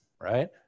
right